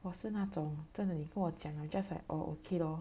我是那种真的你跟我讲了 just like orh okay lor